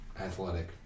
athletic